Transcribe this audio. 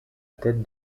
tête